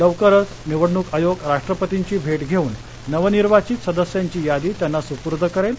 लवकरच निवडणूक आयोग राष्ट्रपतींची भेट घेऊन नवनिर्वाचित सदस्यांची यादी त्यांना सुपूर्द करेल